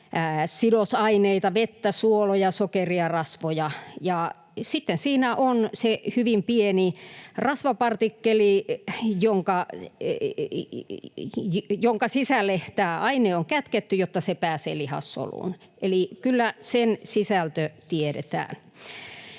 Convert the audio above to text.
sidosaineita — vettä, suoloja, sokeria, rasvoja — ja sitten siinä on se hyvin pieni rasvapartikkeli, jonka sisälle tämä aine on kätketty, jotta se pääsee lihassoluun. Eli kyllä sen sisältö tiedetään.